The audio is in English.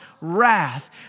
wrath